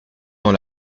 dans